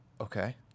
Okay